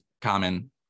common